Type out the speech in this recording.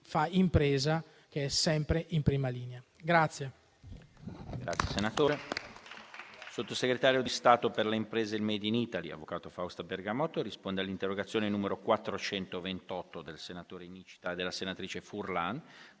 fa impresa, che è sempre in prima linea.